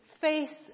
face